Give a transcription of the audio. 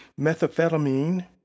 methamphetamine